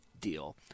deal